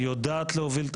היא יודעת להוביל תהליכים.